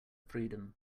freedom